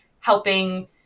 helping